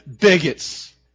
bigots